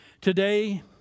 Today